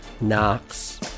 Knox